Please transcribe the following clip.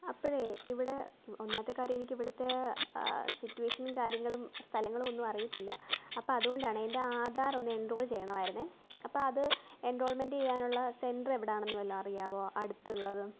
അപ്പോഴെ ഇവിടെ ഒന്നാമത്തെ കാര്യം എനിക്ക് ഇവിടുത്തെ സിറ്റുവേഷനും കാര്യങ്ങളും സ്ഥലങ്ങളും ഒന്നും അറിയത്തില്ല അപ്പോൾ അതുകൊണ്ടാണേ എന്റെ ആധാർ ഒന്ന് എൻറോൾ ചെയ്യണമായിരുന്നെ അപ്പോൾ അത് എൻറോൾമെൻ്റ് ചെയ്യാനുള്ള സെന്റര് എവിടെയാണെന്ന് വല്ലതും അറിയാമോ അടുത്തുള്ളത്